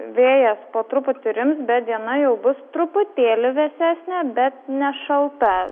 vėjas po truputį rims bet diena jau bus truputėlį vėsesnė bet nešalta